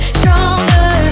stronger